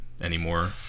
anymore